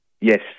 Yes